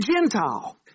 Gentile